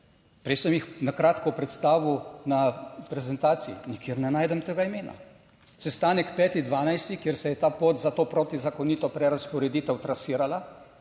prej sem jih na kratko predstavil na prezentaciji, nikjer ne najdem tega imena. Sestanek 5. 12. kjer se je ta pot za to protizakonito prerazporeditev trasirala